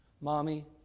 Mommy